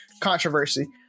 controversy